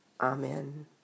Amen